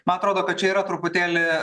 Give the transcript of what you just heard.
man atrodo kad čia yra truputėlį